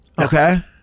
Okay